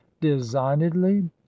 designedly